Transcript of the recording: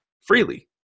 freely